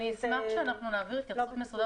אני אשמח שאנחנו נעביר התייחסות מסודרת